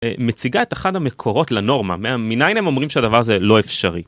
מציגה את אחד המקורות לנורמה, מניין הם אומרים שהדבר זה לא אפשרי.